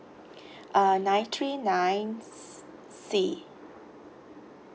uh nine three nine C